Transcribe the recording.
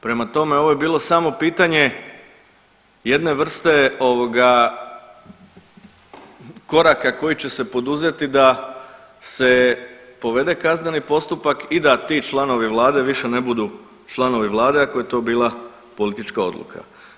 Prema tome, ovo je bilo samo pitanje jedne vrste ovoga koraka koji će se poduzeti da se povede kazneni postupak i da ti članovi vlade više ne budu članovi vlade ako je to bila politička odluka.